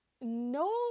No